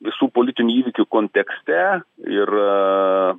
visų politinių įvykių kontekste ir